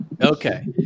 Okay